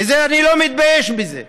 ואני לא מתבייש בזה.